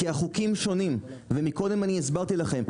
קודם הסברתי לכם.